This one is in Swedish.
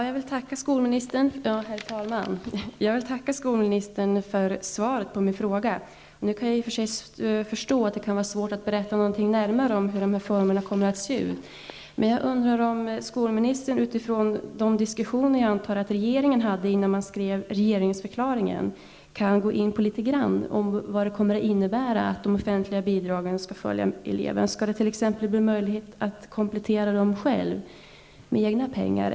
Herr talman! Jag vill tacka skolministern för svaret på min fråga. Jag kan i och för sig förstå att det kan vara svårt att berätta närmare om formerna. Jag undrar dock om skolministern utifrån de diskussioner jag antar att regeringen hade innan man skrev regeringsförklaringen, kan gå in på litet grand av vad det kommer att innebära att de offentliga bidragen skall följa eleven. Skall det t.ex. bli möjligt att komplettera dem själv med egna pengar?